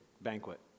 banquet